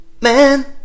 man